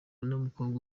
n’umukobwa